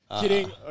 Kidding